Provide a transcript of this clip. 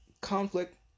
conflict